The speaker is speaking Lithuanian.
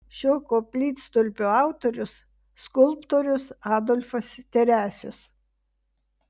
šio koplytstulpio autorius skulptorius adolfas teresius